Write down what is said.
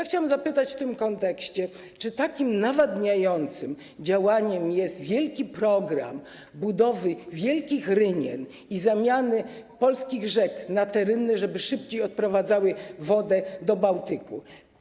Chciałabym zapytać w tym kontekście, czy takim nawadniającym działaniem jest wielki program budowy wielkich rynien i zamiany polskich rzek na te rynny, żeby szybciej odprowadzały wodę do Bałtyku.